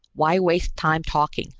why waste time talking?